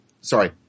sorry